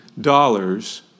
dollars